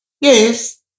Yes